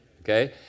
Okay